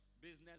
business